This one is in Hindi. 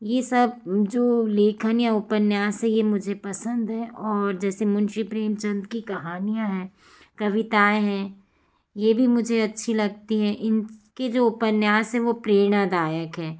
ये सब जो लेखन या उपन्यास है ये मुझे पसंद हैं और जैसे मुंशी प्रेमचंद की कहानियाँ है कविताएँ हैं ये भी मुझे अच्छी लगती हैं इनकी जो उपन्यास है प्रेरणादायक हैं